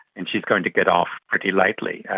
and she is going to get off pretty lightly.